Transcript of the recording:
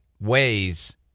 ways